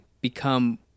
become